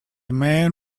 man